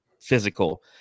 physical